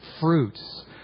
fruits